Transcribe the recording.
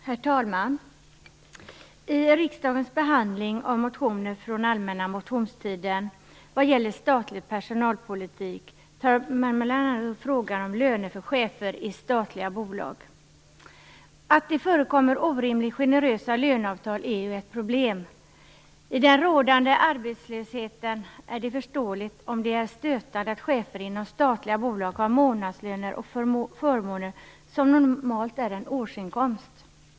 Herr talman! Riksdagens behandling av motioner från allmänna motionstiden vad gäller statlig personalpolitik tar upp frågan om löner för chefer i statliga bolag. Att det förekommer orimligt generösa löneavtal är ett problem. I den rådande arbetslösheten är det förståeligt om det upplevs stötande att chefer inom statliga bolag har månadslöner och förmåner som normalt är en årsinkomst.